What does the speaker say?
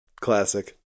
Classic